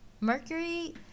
Mercury